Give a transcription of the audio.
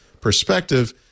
perspective